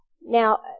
Now